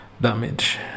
damage